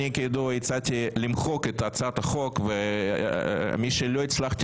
אני כידוע הצעתי למחוק את הצעת החוק ומשלא הצלחתי